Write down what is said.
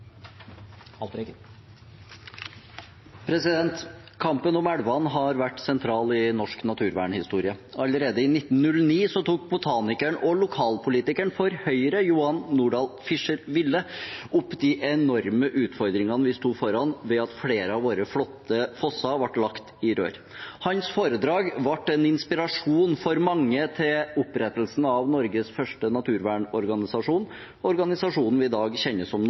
til. Kampen om elvene har vært sentral i norsk naturvernhistorie. Allerede i 1909 tok botanikeren og lokalpolitikeren for Høyre, Johan Nordal Fischer Wille, opp de enorme utfordringene vi sto foran ved at flere av våre flotte fosser ble lagt i rør. Hans foredrag ble en inspirasjon for mange til opprettelsen av Norges første naturvernorganisasjon, organisasjonen vi i dag kjenner som